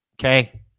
okay